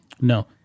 No